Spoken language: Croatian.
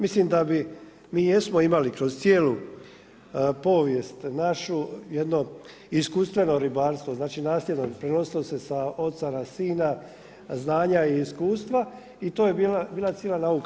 Mislim da bi, mi jesmo imali kroz cijelu povijest našu jedno iskustveno ribarstvo, znači nasljedno, prenosilo se sa oca na sina, znanja i iskustva i to je bila cijela nauka.